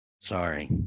Sorry